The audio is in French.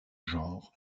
genre